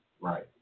Right